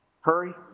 Hurry